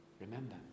Remember